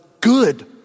good